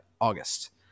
August